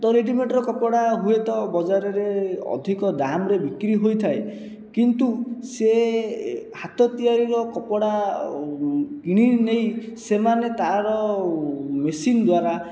ତ ରେଡିମେଡ୍ର କପଡ଼ା ହୁଏତ ବଜାରରେ ଅଧିକ ଦାମ୍ରେ ବିକ୍ରି ହୋଇଥାଏ କିନ୍ତୁ ସେ ହାତ ତିଆରିର କପଡ଼ା କିଣି ନେଇ ସେମାନେ ତା'ର ମେସିନ୍ ଦ୍ୱାରା